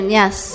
yes